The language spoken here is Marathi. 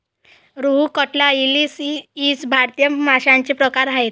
रोहू, कटला, इलीस इ भारतीय माशांचे प्रकार आहेत